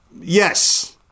Yes